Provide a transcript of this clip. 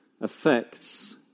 affects